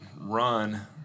run